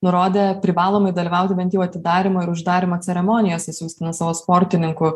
nurodė privalomai dalyvauti bent jau atidarymo ir uždarymo ceremonijose siųsti ten savo sportininkų